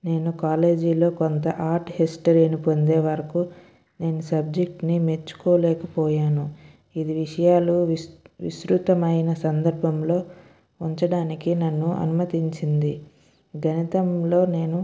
నేను కాలేజీ లో కొంత ఆర్ట్ హిస్టరీ ని పొందే వరకు నేను సబ్జెక్ట్ ని మెచ్చుకోలేకపోయాను ఇది విషయాలు విస్త్ విస్తృతమైన సందర్భంలో ఉంచడానికి నన్ను అనుమతించింది గణితంలో నేను